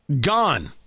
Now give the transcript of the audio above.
Gone